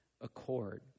accord